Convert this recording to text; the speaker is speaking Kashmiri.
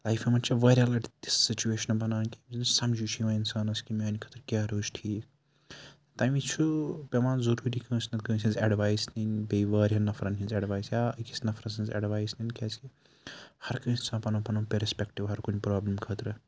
لایفہِ منٛز چھِ واریاہ لَٹہِ تِژھ سُچویشنہٕ بَنان کہِ یُس نہٕ سمجھی چھِ یِوان اِنسانَس کہِ میٛانہِ خٲطرٕ کیٛاہ روزِ ٹھیٖک تَمہِ وِزِ چھُ پیٚوان ضروٗری کٲنٛسہِ نَتہٕ کٲنٛسہِ ہِنٛز اٮ۪ڈوایس نِنۍ بیٚیہِ واریاہ نفرَن ہِنٛز اٮ۪ڈوایس یا أکِس نفرٕ سٕنٛز اٮ۪ڈوایس نِنۍ کیٛازِکہِ ہرکٲنٛسہِ چھِ آسان پَنُن پَنُن پٔرِسپٮ۪کٹِو ہرکُنہِ پرٛابلِم خٲطرٕ